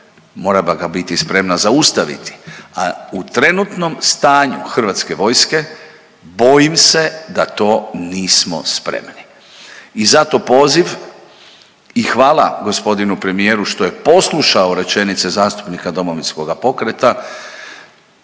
mora ga biti spremna zaustaviti, a u trenutnom stanju Hrvatske vojske, bojim se da to nismo spremni. I zato poziv i hvala gospodinu premijeru što je poslušao rečenice zastupnika Domovinskoga pokreta,